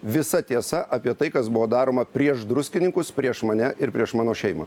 visa tiesa apie tai kas buvo daroma prieš druskininkus prieš mane ir prieš mano šeimą